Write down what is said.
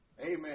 Amen